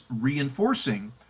reinforcing